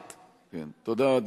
תודה.